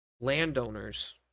landowners